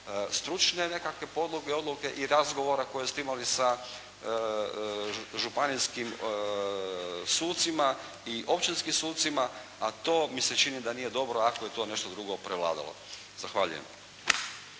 stručne nekakve podloge odluke i razgovora koji ste imali sa županijskim sucima i općinskim sucima, a to mi se čini da nije dobro ako je to nešto drugo prevladalo. Zahvaljujem.